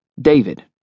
David